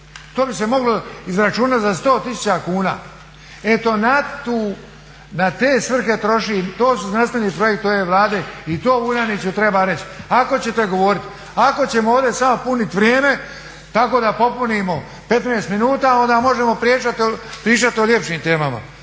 To bi se moglo izračunat za 100 tisuća kuna. Eto na te svrhe troši, to su znanstveni projekti ove Vlade i to Vuljaniću treba reć ako ćete govorit. Ako ćemo ovdje samo punit vrijeme tamo da popunimo 15 minuta onda možemo pričati o ljepšim temama